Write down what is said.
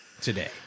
today